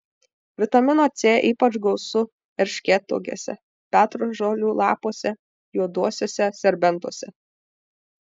vitamino c ypač gausu erškėtuogėse petražolių lapuose juoduosiuose serbentuose